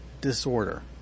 disorder